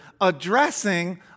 addressing